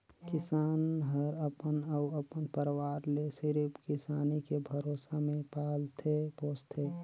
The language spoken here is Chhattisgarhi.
किसान हर अपन अउ अपन परवार ले सिरिफ किसानी के भरोसा मे पालथे पोसथे